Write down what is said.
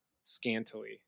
scantily